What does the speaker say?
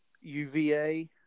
UVA